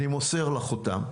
אני מוסר לך אותן,